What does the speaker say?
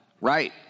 right